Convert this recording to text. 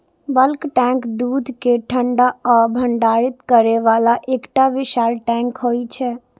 bulk tank दूध कें ठंडा आ भंडारित करै बला एकटा विशाल टैंक होइ छै